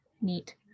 neat